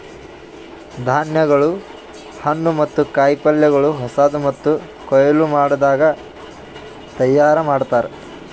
ಧಾನ್ಯಗೊಳ್, ಹಣ್ಣು ಮತ್ತ ಕಾಯಿ ಪಲ್ಯಗೊಳ್ ಹೊಸಾದು ಮತ್ತ ಕೊಯ್ಲು ಮಾಡದಾಗ್ ತೈಯಾರ್ ಮಾಡ್ತಾರ್